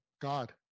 God